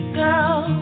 girl